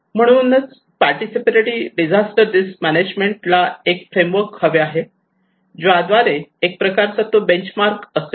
आणि म्हणून participatory disaster risk management ला एक फ्रेमवर्क हवे आहे ज्याद्वारे एक प्रकारचा ते बेंचमार्क असेल